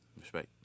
Respect